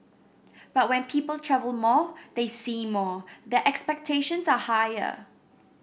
but when people travel more they see more their expectations are higher